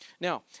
Now